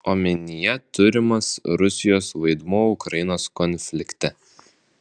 omenyje turimas rusijos vaidmuo ukrainos konflikte